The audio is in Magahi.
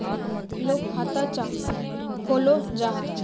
लोग खाता चाँ खोलो जाहा?